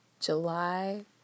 July